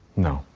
no.